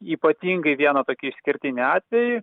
ypatingai vieną tokį išskirtinį atvejį